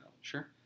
Sure